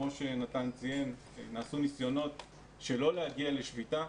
כמו שנתן ציין, נעשו ניסיונות שלא להגיע לשביתה.